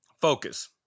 focus